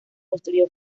construyó